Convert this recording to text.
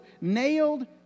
nailed